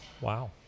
Wow